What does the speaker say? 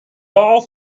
all